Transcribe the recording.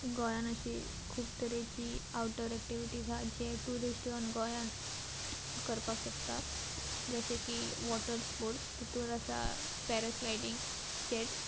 गोंयान अशी खूब तरेची आवटडोर एक्टिविटीज आहा जे ट्युरिस्ट येवन गोंयान करपाक शकता जशें की वॉटर स्पोर्ट्स तितूर आसा पॅरास्लायडींग जॅट्स